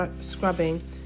scrubbing